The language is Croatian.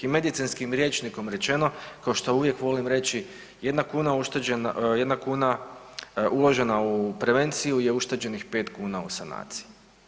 I medicinskim rječnikom rečeno kao što uvijek volim reći, jedna kuna uložena u prevenciju je ušteđenih pet kuna u sanaciji.